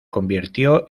convirtió